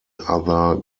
other